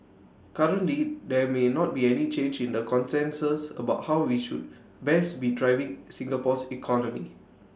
currently there may not be any change in the consensus about how we should best be driving Singapore's economy